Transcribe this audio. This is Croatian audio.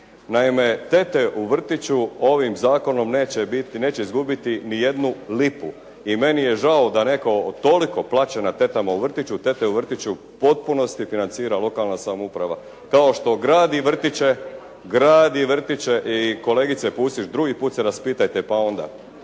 Naime, tete u vrtiću ovim zakonom neće biti, neće izgubiti niti jednu lipu. I meni je žao da netko toliko plaće na tetama u vrtiću, tete u vrtiću u potpunosti financira lokalna samouprava. Kao što gradi vrtiće, gradi vrtiće. I kolegice Pusić, drugi puta se raspitajte, pa onda